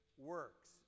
works